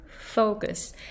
focus